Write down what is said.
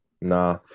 nah